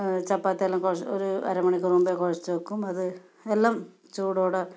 ചപ്പാത്തിയെല്ലാം കുഴച്ച് ഒരു അര മണിക്കൂർ മുമ്പേ കുഴച്ച് വയ്ക്കും അത് എല്ലാം ചൂടോടെ